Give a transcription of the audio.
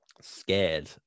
scared